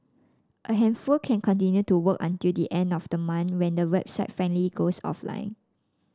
a handful can continue to work until the end of the month when the website finally goes offline